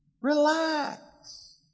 relax